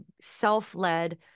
self-led